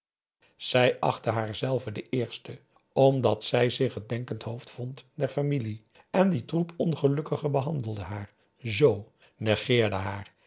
zij achtte haarzelve de eerste omdat zij zich het denkend hoofd vond der familie en die troep ongelukkigen behandelde haar z negeerde haar